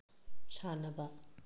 ꯁꯥꯅꯕ